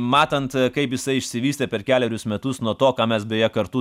matant kaip jisai išsivystė per kelerius metus nuo to ką mes beje kartu